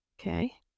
Okay